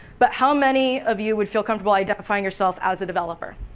but how many of you would feel comfortable identifying yourself as a developer?